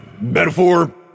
metaphor